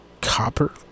copper